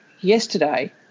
yesterday